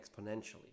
exponentially